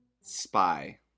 Spy